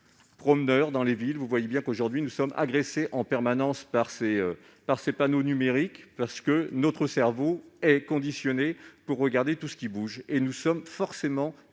promenez tous dans nos villes et vous savez donc que, aujourd'hui, nous sommes agressés en permanence par ces panneaux numériques, parce que notre cerveau est conditionné pour regarder tout ce qui bouge. Nous sommes donc forcément